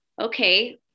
okay